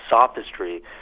Sophistry